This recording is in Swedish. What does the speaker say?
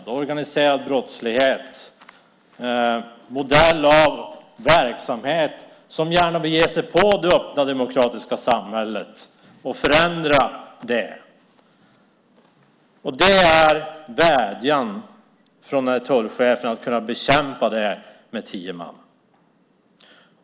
Det är organiserad brottslighet, modern verksamhet som gärna vill ge sig på det öppna demokratiska samhället och förändra det. Vädjan från tullchefen handlar om att kunna bekämpa det här med tio man.